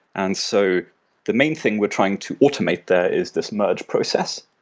and so the main thing we're trying to automate there is this merge process,